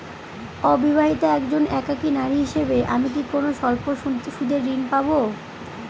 অবিবাহিতা একজন একাকী নারী হিসেবে আমি কি কোনো স্বল্প সুদের ঋণ পাব?